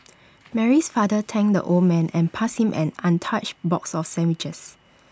Mary's father thanked the old man and passed him an untouched box of sandwiches